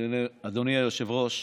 אדוני היושב-ראש,